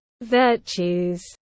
virtues